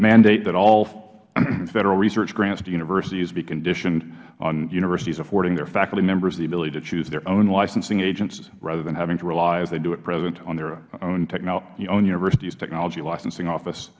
mandate that all federal research grants to universities be conditioned on university affording their faculty members the ability to choose their own licensing agents rather than having to rely as they do at present on their own university's technology licensing office